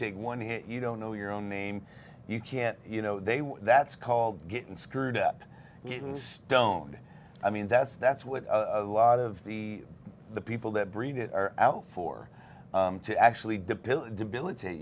take one hit you don't know your own name you can't you know they were that's called getting screwed up getting stoned i mean that's that's what a lot of the the people that bring it out for to actually depict debilitate